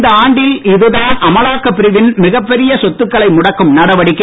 இந்த ஆண்டில் இதுதான் அமலாக்கப் பிரிவின் மிக பெரிய சொத்துகளை முடக்கும் நடவடிக்கை